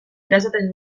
erasaten